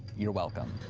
you're welcome.